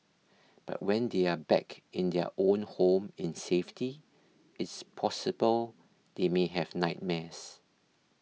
but when they are back in their own home in safety it's possible they may have nightmares